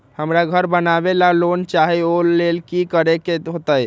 हमरा घर बनाबे ला लोन चाहि ओ लेल की की करे के होतई?